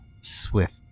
swift